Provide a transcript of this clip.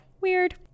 weird